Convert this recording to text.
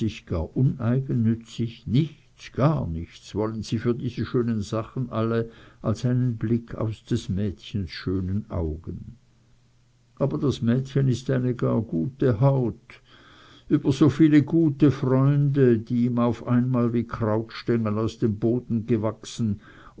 uneigennützig nichts gar nichts wollen sie für diese schönen sachen alle als einen blick aus des mädchens schönen augen aber das mädchen ist eine gar gute haut über so viele gute freunde die ihm auf einmal wie krautstengel aus dem boden gewachsen